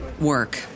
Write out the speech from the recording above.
work